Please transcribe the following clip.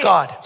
God